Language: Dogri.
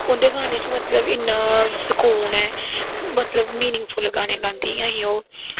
उंदे गानें च मतलव इन्ना सकून ऐ मतलव मीनिंगफुल गानें गांदियां हां ओह्